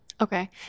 Okay